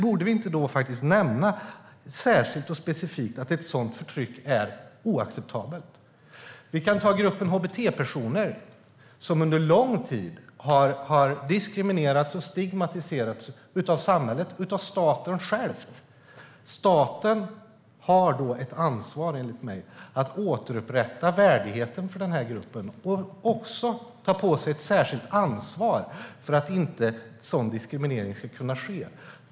Borde vi inte då nämna särskilt och specifikt att ett sådant förtryck är oacceptabelt? Vi kan ta gruppen hbt-personer, som under en lång tid har diskriminerats och stigmatiserats av samhället och staten själv. Staten har då enligt mig ett ansvar att återupprätta värdigheten för den här gruppen och också ta på sig ett särskilt ansvar för att sådan diskriminering inte ska kunna ske.